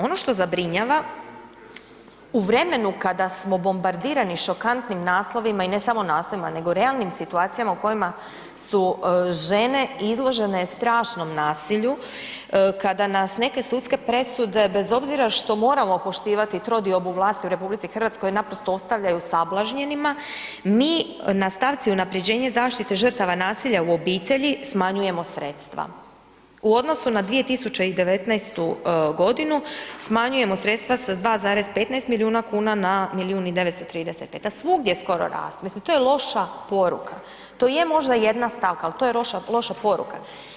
Ono što zabrinjava, u vremenu kada smo bombardirani šokantnim naslovima i ne samo naslovima, nego realnim situacijama u kojima su žene izložene strašnom nasilju kada nas neke sudske presude, bez obzira što moramo poštivati trodiobu vlasti u RH, naprosto ostavljaju sablažnjenima, mi na stavci unapređenje zaštite žrtava nasilja u obitelji smanjujemo sredstva, u odnosu na 2019.g. smanjujemo sredstva sa 2,15 milijuna kuna na milijun i 935, a svugdje skoro raste, mislim to je loša poruka, to je možda jedna stavka, al to je loša poruka.